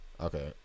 Okay